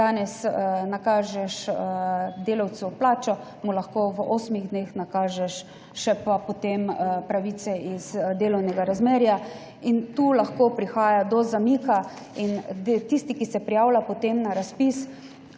danes nakažeš delavcu plačo, mu lahko v osmih dneh nakažeš še pa potem pravice iz delovnega razmerja. In tu lahko prihaja do zamika. Tisti, ki se prijavlja potem na razpis,